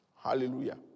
Hallelujah